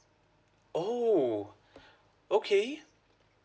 oh okay